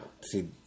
see